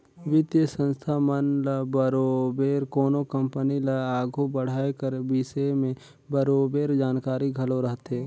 बित्तीय संस्था मन ल बरोबेर कोनो कंपनी ल आघु बढ़ाए कर बिसे में बरोबेर जानकारी घलो रहथे